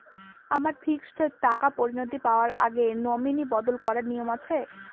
আমার ফিক্সড টাকা পরিনতি পাওয়ার আগে নমিনি বদল করার নিয়ম আছে?